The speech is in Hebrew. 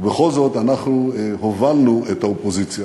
ובכל זאת אנחנו הובלנו את האופוזיציה.